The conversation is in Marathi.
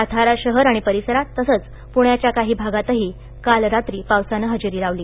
सातारा शहर आणि प रसरांत तसंच पु या या काही भागातही काल रा ी पावसानं हजेरी लावली